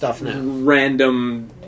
random